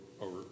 over